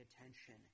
attention